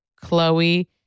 Chloe